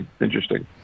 interesting